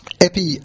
epi